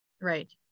Right